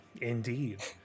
Indeed